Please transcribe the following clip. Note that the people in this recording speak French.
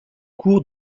cours